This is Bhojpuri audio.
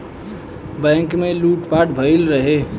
बैंक में लूट पाट भईल रहे